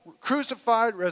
crucified